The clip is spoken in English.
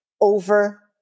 over